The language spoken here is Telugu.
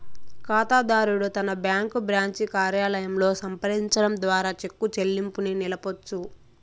కాతాదారుడు తన బ్యాంకు బ్రాంచి కార్యాలయంలో సంప్రదించడం ద్వారా చెక్కు చెల్లింపుని నిలపొచ్చు